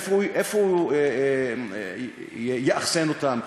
איפה הוא יאכסן אותם?